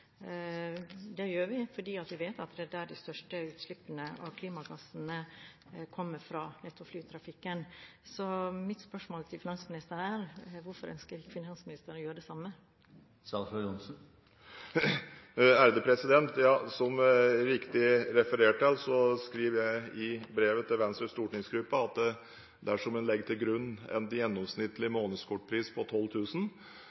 Det gjør vi fordi vi vet at det er fra flytrafikken de største utslippene av klimagasser kommer. Mitt spørsmål til finansministeren er: Hvorfor ønsker ikke finansministeren å gjøre det samme? Som det helt riktig er referert til, skriver jeg i brevet til Venstres stortingsgruppe at dersom en legger til grunn en gjennomsnittlig